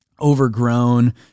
Overgrown